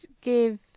give